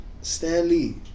Stanley